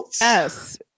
Yes